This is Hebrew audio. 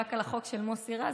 רק על החוק של מוסי רז,